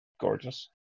gorgeous